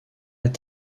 est